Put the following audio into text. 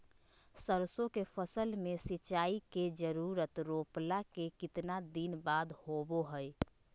सरसों के फसल में सिंचाई के जरूरत रोपला के कितना दिन बाद होबो हय?